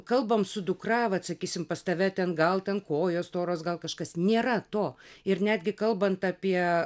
kalbam su dukra vat sakysim pas tave ten gal ten kojos storos gal kažkas nėra to ir netgi kalbant apie